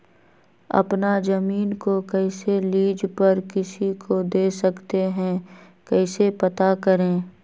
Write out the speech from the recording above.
अपना जमीन को कैसे लीज पर किसी को दे सकते है कैसे पता करें?